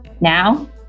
Now